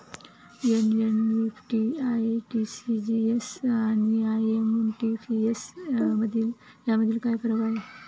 NEFT, RTGS आणि IMPS यामधील फरक काय आहे?